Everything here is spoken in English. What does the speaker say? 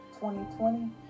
2020